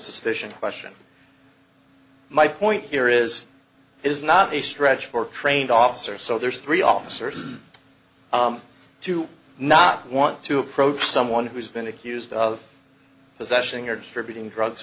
suspicion question my point here is it is not a stretch for a trained officer so there's three officers to not want to approach someone who's been accused of possession you're distributing drugs